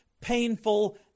painful